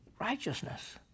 Righteousness